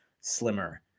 slimmer